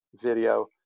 video